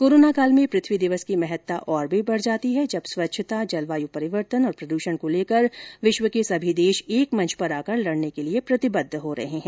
corona काल में पृथ्वी दिवस की महत्ता और भी बढ़ जाती है जब स्वच्छता जलवायु परिवर्तन और प्रदूषण को लेकर विश्व के सभी देश एक मंच पर आकर लड़ने के लिए प्रतिबद्ध हो रहे हैं